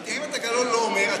אז האם התקנון לא אומר,